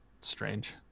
Strange